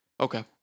Okay